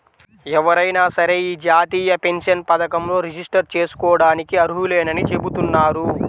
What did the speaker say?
ఎవరైనా సరే యీ జాతీయ పెన్షన్ పథకంలో రిజిస్టర్ జేసుకోడానికి అర్హులేనని చెబుతున్నారు